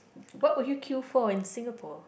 what would you queue for in Singapore